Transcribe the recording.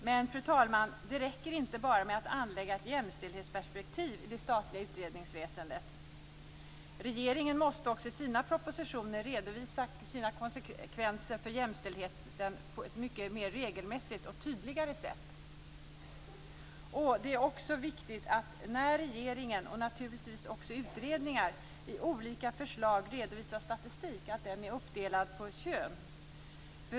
Men, fru talman, det räcker inte bara med att anlägga ett jämställdhetsperspektiv i det statliga utredningsarbetet. Regeringen måste också i sina egna propositioner redovisa förslagens konsekvenser för jämställdhet mer regelmässigt och på ett tydligare sätt. Det är också viktigt att när regeringen, och naturligtvis också utredningar, i sina olika förslag redovisar statistik, att denna är uppdelad på kön.